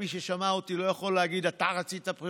מי ששמע אותי לא יכול להגיד: אתה רצית בחירות.